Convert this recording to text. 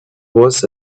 was